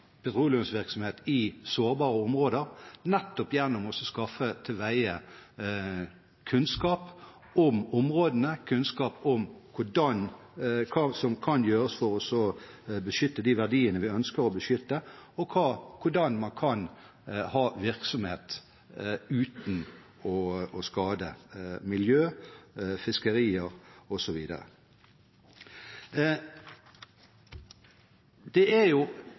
petroleumsvirksomhet i sårbare områder nettopp gjennom å skaffe til veie kunnskap om områdene, kunnskap om hva som kan gjøres for å beskytte de verdiene vi ønsker å beskytte, og hvordan man kan ha virksomhet uten å skade miljø, fiskerier osv. Det er